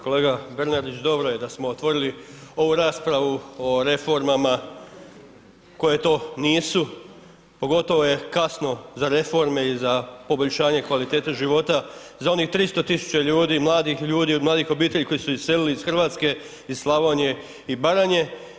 Kolega Bernardić, dobro je da smo otvorili ovu raspravu o reformama koje to nisu, pogotovo je kasno za reforme i za poboljšanje kvalitete života za onih 300 tisuća ljudi, mladih ljudi od mladih obitelji koji su iselili iz Hrvatske, iz Slavonije i Baranje.